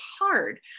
hard